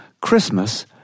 Christmas